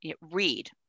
read